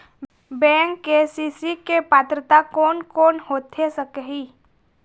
Bank से KCC के पात्रता कोन कौन होथे सकही?